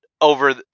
over